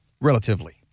relatively